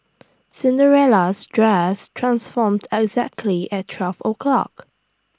Cinderella's dress transformed exactly at twelve o'clock